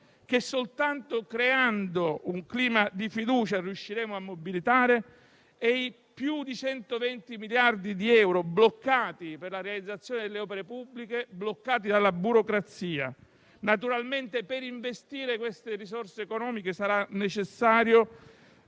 che soltanto creando un clima di fiducia riusciremo a mobilitare, e più di 120 miliardi di euro per la realizzazione delle opere pubbliche bloccati dalla burocrazia. Naturalmente, per investire queste risorse economiche sarà necessario